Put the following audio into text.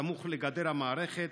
סמוך לגדר המערכת,